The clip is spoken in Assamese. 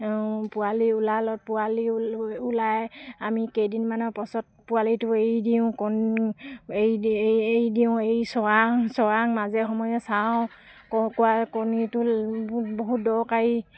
পোৱালি ওলালত পোৱালি ওলায় আমি কেইদিনমানৰ পাছত পোৱালিতো এৰি দিওঁ কণী এৰি এৰি দিওঁ এৰি চৰাওঁ চৰাওঁ মাজে সময়ে চাওঁ কুকুৰাৰ কণীটো বহুত দৰকাৰী